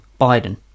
Biden